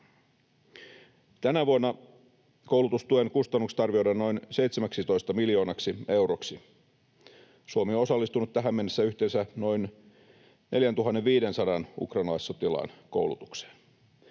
Tänä vuonna koulutustuen kustannukset arvioidaan noin 17 miljoonaksi euroksi. Suomi on osallistunut tähän mennessä yhteensä noin 4 500 ukrainalaissotilaan koulutukseen.